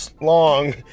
long